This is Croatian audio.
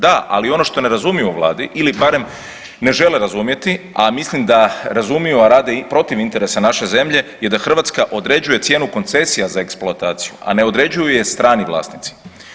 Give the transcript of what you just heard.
Da, ali ono što ne razumiju u Vladi ili barem ne žele razumjeti, a mislim da razumiju, a rade protiv interesa naše zemlje je da Hrvatska određuje cijenu koncesija za eksploataciju, a ne određuju je strani vlasnici.